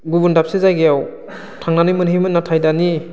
गुबुन दाबसे जायगायाव थांनानै मोनहैयोमोन नाथाय दानि